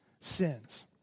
sins